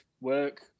work